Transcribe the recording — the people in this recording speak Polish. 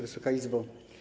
Wysoka Izbo!